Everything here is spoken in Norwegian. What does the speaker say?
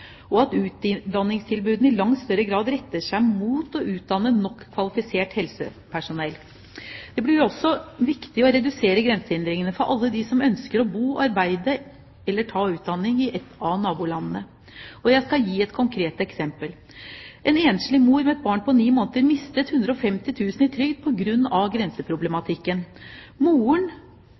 og at utdanningstilbudene i langt større grad retter seg mot å utdanne nok kvalifisert helsepersonell. Det blir også viktig å redusere grensehindringene for alle dem som ønsker å bo, arbeide eller ta utdanning i et av nabolandene. Jeg skal gi et konkret eksempel: En enslig mor med et barn på ni måneder mistet 150 000 kr i trygd på grunn av grenseproblematikken. Moren